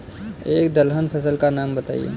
एक दलहन फसल का नाम बताइये